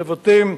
נבטים,